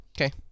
Okay